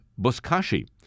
buskashi